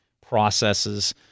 processes